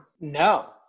no